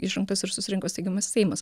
išrinktas ir susirinko steigiamasis seimas